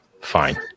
fine